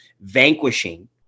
vanquishing